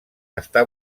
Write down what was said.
està